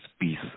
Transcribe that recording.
peace